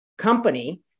company